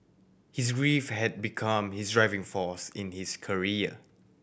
his grief had become his driving force in his career